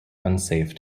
unsafe